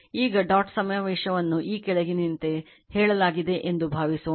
ಈಗ ಡಾಟ್ ಸಮಾವೇಶವನ್ನು ಈ ಕೆಳಗಿನಂತೆ ಹೇಳಲಾಗಿದೆ ಎಂದು ಭಾವಿಸೋಣ